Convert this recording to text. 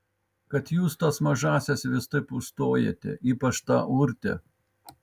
kad jūs tas mažąsias vis taip užstojate ypač tą urtę